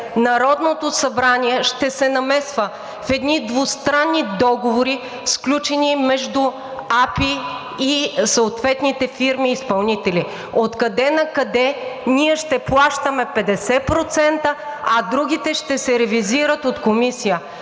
Народното събрание ще се намесва в едни двустранни договори, сключени между АПИ и съответните фирми изпълнители. Откъде накъде ние ще плащаме 50%, а другите ще се ревизират от комисия.